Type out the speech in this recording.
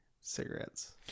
cigarettes